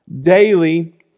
daily